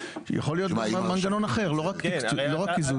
ויכול להיות גם מנגנון אחר לא רק קיזוז.